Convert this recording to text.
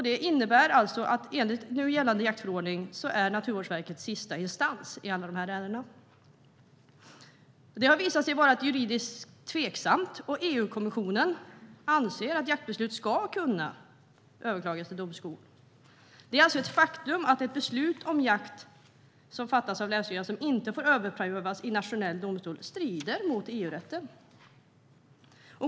Det innebär alltså att enligt nu gällande jaktförordning är Naturvårdsverket sista instans i alla de ärendena. Det har visat sig vara juridiskt tveksamt, och EU-kommissionen anser att jaktbeslut ska kunna överklagas till domstol. Det är alltså ett faktum att ett beslut om jakt som fattats av länsstyrelserna och som inte får överprövas i nationell domstol strider mot EU-rätten.